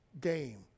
game